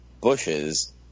bushes